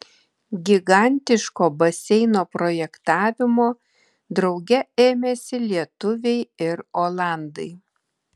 gigantiško baseino projektavimo drauge ėmėsi lietuviai ir olandai